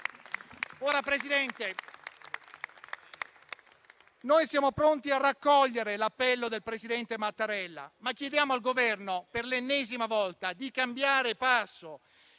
Noi siamo pronti a raccogliere l'appello del presidente Mattarella, ma chiediamo al Governo per l'ennesima volta di cambiare passo;